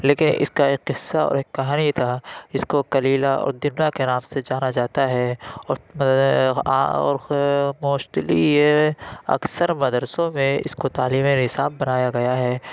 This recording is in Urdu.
لیکن اس کا ایک قصہ اور ایک کہانی تھا اس کو کلیلہ اور دمنہ کے نام سے جانا جاتا ہے اور موسٹلی یہ اکثر مدرسوں میں اس کو تعلیم نصاب بنایا گیا ہے